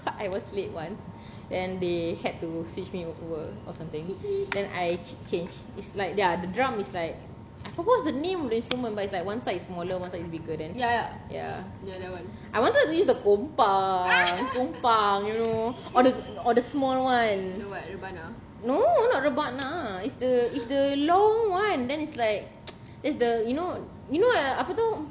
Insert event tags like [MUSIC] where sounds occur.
but I was late once and they had to switch me over or something then I change it's like ya the drum is like I forgot what's the name of the instrument but it's like one side is smaller one side is bigger then ya I wanted to use the kompang kompang you know or the or the small one no not rebana it's the it's the long one then it's like [NOISE] it's the you know you know apa tu